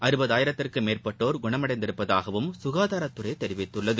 அறுபதாயிரத்திற்கும் மேற்பட்டோர் குணமடைந்துள்ளதாகவும் சுகாதாரத்துறை தெரிவித்துள்ளது